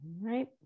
right